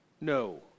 No